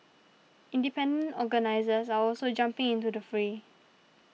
independent organisers are also jumping into the fray